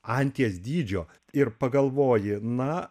anties dydžio ir pagalvoji na